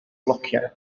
flociau